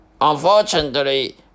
Unfortunately